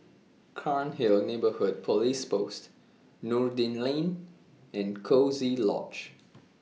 Cairnhill Neighbourhood Police Post Noordin Lane and Coziee Lodge